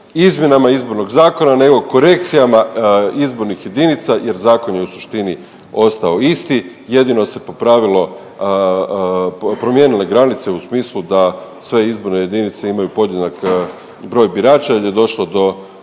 izmjenama Izbornog zakona nego korekcijama izbornih jedinica jer zakon je u suštini ostao isti, jedino se popravilo, promijenile granice u smislu da sve izborne jedinice imaju podjednak broj birača jer je došlo do